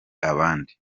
abandi